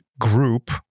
group